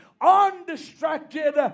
undistracted